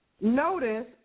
Notice